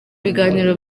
ibiganiro